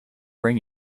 ring